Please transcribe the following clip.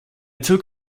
took